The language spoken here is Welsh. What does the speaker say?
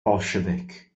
bolsiefic